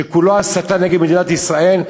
שכולו הסתה נגד מדינת ישראל,